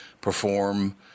perform